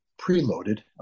preloaded